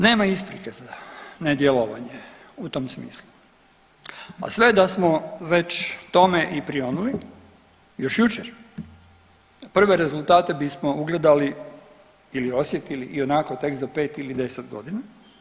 Nema isprike za nedjelovanje u tom smislu, a sve i da smo već tome i prionuli još jučer, prve rezultate bismo ugledali ili osjetili tek za 5 ili 10 godina.